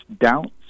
doubts